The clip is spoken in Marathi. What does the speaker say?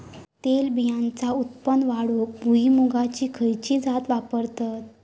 तेलबियांचा उत्पन्न वाढवूक भुईमूगाची खयची जात वापरतत?